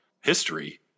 history